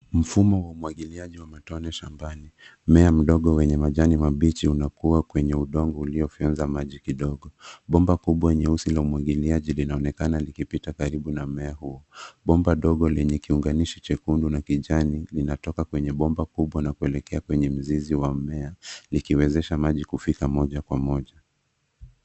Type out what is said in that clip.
Mfumo wa umwagiliaji wa matone shambani. Mmea mdogo wenye majani mabichi unakua kwenye udongo uliofyonza maji kidogo. Bomba kubwa nyeusi la umwagiliaji linaonekana likipita karibu na mmea huo. Bomba ndogo lenye kiunganishi chekundu na kijani linatoka kwenye bomba kubwa na kuelekwa kwenye mzizi wa mmea, likiwezesha maji kufika moja kwa moja.